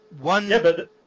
One